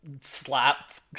slapped